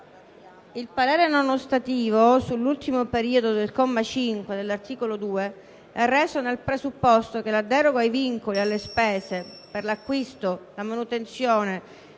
Il parere non ostativo sull'ultimo periodo del comma 5 dell'articolo 2 è reso nel presupposto che la deroga ai vincoli alle spese per l'acquisto, la manutenzione